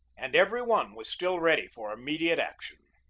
and every one was still ready for immediate action.